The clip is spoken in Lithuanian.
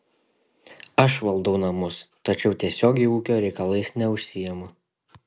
aš valdau namus tačiau tiesiogiai ūkio reikalais neužsiimu